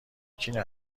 کیه